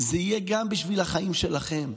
זה יהיה גם בשביל החיים שלכם.